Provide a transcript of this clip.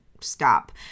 stop